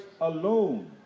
alone